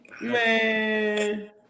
Man